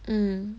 mm